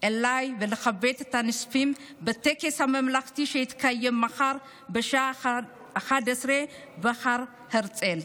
אליי ולכבד את הנספים בטקס הממלכתי שיתקיים מחר בשעה 11:00 בהר הרצל.